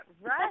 Right